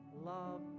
love